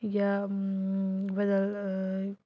یا بدل